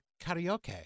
karaoke